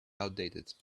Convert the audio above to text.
outdated